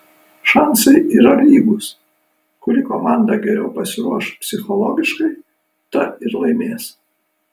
šansai yra lygūs kuri komanda geriau pasiruoš psichologiškai ta ir laimės